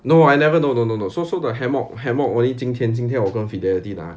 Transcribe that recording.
no I never no no no no so so the hammock hammock only 今天今天我跟 fidelity 拿